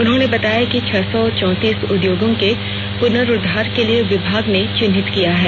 उन्होंने बताया कि छह सौ चौंतीस उद्योगों के पुनरूद्वार के लिए विभाग ने चिन्हित किया है